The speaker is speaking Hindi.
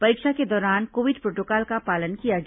परीक्षा के दौरान कोविड प्रोटोकॉल का पालन किया गया